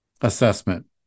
assessment